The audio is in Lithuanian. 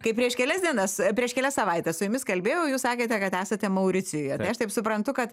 kai prieš kelias dienas prieš kelias savaites su jumis kalbėjau jūs sakėte kad esate mauricijuj aš taip suprantu kad